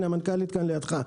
הנה, המנכ"לית כאן על ידך.